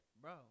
Bro